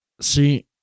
See